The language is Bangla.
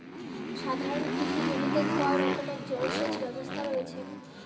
সাধারণত কৃষি জমিতে কয় রকমের জল সেচ ব্যবস্থা রয়েছে?